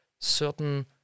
certain